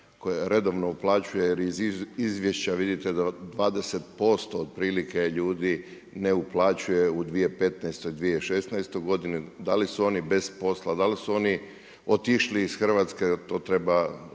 koje redovno uplaćuje jer iz izvješća vidite da 20% otprilike ljudi, ne uplaćuje u 2015. i 2016. godinu. Da li su oni bez posla, da li su oni otišli iz Hrvatske, to iziskuje